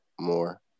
more